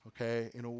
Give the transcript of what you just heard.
okay